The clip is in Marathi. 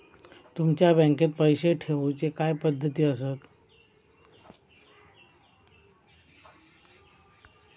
तुमच्या बँकेत पैसे ठेऊचे काय पद्धती आसत?